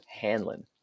Hanlon